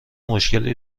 مشکلی